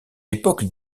époque